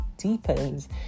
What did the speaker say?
deepens